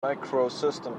macrosystem